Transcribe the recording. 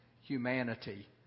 humanity